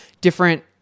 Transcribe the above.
different